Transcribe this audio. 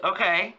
Okay